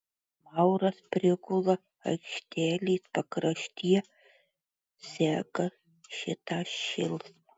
mauras prigula aikštelės pakrašty seka šitą šėlsmą